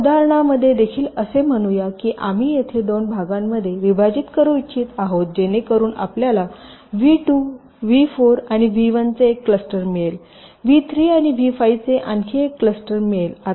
या उदाहरणामध्ये देखील असे म्हणूया की आम्ही येथे दोन भागांमध्ये विभाजित करू इच्छित आहोत जेणेकरुन आपल्याला व्ही 2 व्ही 4 आणि व्ही 1 चे एक क्लस्टर मिळेल व्ही 3 आणि व्ही 5 चे आणखी एक क्लस्टर मिळेल